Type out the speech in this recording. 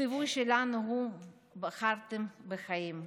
הציווי שלנו הוא "בחרתם בחיים",